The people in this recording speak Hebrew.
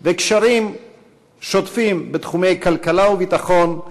וקשרים שוטפים בתחומי כלכלה וביטחון,